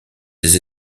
des